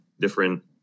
different